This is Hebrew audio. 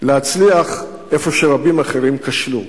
להצליח במקום שרבים אחרים כשלו,